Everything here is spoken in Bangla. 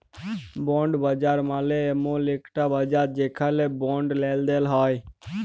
বন্ড বাজার মালে এমল একটি বাজার যেখালে বন্ড লেলদেল হ্য়েয়